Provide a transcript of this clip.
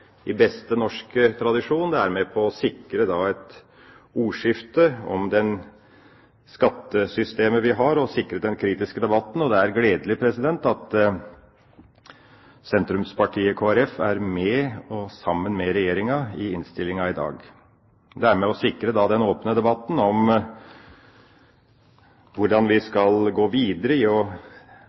i beste norske tradisjon med på å sikre et ordskifte om det skattesystemet vi har, og sikre den kritiske debatten, og det er gledelig at sentrumspartiet Kristelig Folkeparti er med og står sammen med regjeringspartiene i innstillinga i dag. Det er med på å sikre den åpne debatten om hvordan vi skal gå videre i å utvikle vår tradisjon og